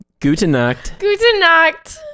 gutenacht